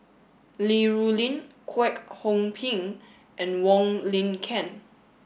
Li Rulin Kwek Hong Png and Wong Lin Ken